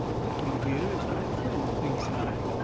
william dear is my friend, thinks i.